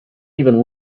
even